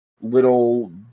little